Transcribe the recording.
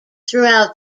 throughout